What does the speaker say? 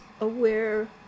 aware